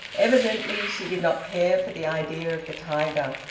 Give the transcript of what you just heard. evidently she did not care for the idea of the tiger.